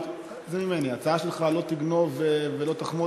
לא תגנוב ולא תחמוד,